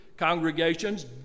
Congregations